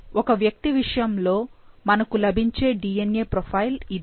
ఒక వ్యక్తి విషయం లో మనకు లభించే DNA ప్రొఫైల్ ఇదే